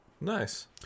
Nice